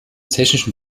technischen